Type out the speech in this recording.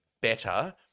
better